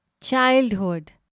Childhood